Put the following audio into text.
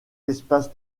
espace